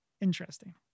Interesting